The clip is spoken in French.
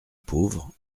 pauvre